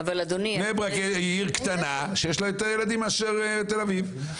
בני ברק היא עיר קטנה שיש לה יותר ילדים מאשר תל אביב.